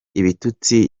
ibitutsi